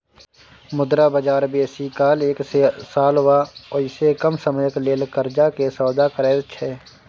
मुद्रा बजार बेसी काल एक साल वा ओइसे कम समयक लेल कर्जा के सौदा करैत छै